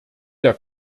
der